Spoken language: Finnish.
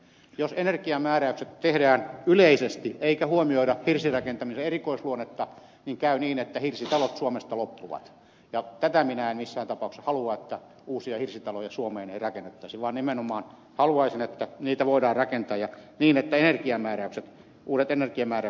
jos energiamääräykset tehdään yleisesti eikä huomioida hirsirakentamisen erikoisluonnetta niin käy niin että hirsitalot suomesta loppuvat ja tätä minä en missään tapauksessa halua että uusia hirsitaloja suomeen ei rakennettaisi vaan nimenomaan haluaisin että niitä voidaan rakentaa ja niin että uudet energiamääräykset eivät sitä estä